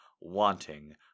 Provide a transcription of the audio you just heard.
wanting